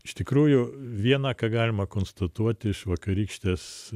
iš tikrųjų vieną ką galima konstatuoti iš vakarykštės